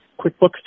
QuickBooks